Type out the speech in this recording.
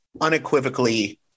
unequivocally